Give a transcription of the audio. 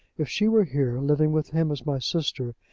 if she were here, living with him as my sister,